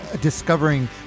discovering